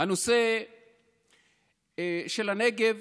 הנושא של הנגב